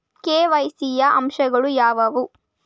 KYC ಯ ಅಂಶಗಳು ಯಾವುವು?